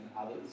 others